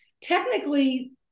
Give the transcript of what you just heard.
technically